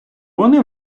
вони